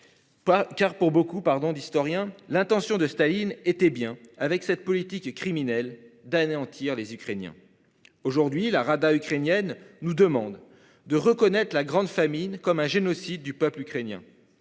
car pour beaucoup pardon d'l'historien l'intention de Staline était bien avec cette politique criminelle d'anéantir les Ukrainiens. Aujourd'hui la Rada ukrainienne nous demande de reconnaître la grande famine comme un génocide du peuple ukrainien.